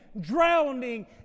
drowning